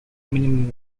minimum